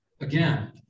again